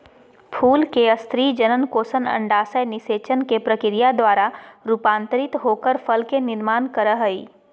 फूल के स्त्री जननकोष अंडाशय निषेचन के प्रक्रिया द्वारा रूपांतरित होकर फल के निर्माण कर हई